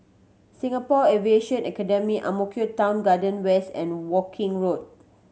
Singapore Aviation Academy Ang Mo Kio Town Garden West and Woking Road